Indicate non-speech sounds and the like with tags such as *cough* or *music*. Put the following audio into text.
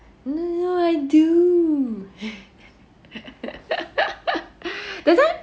no leh dude *laughs* that time